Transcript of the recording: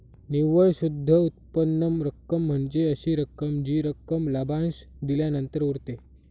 निव्वळ शुद्ध उत्पन्न रक्कम म्हणजे अशी रक्कम जी रक्कम लाभांश दिल्यानंतर उरते